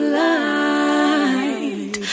light